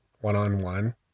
one-on-one